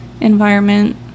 environment